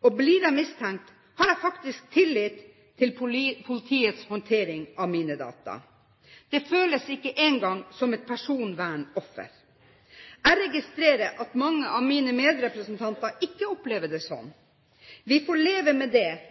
og blir jeg mistenkt, har jeg faktisk tillit til politiets håndtering av mine data. Det føles ikke engang som et personvernoffer. Jeg registrerer at mange av mine medrepresentanter ikke opplever det sånn. Vi får leve med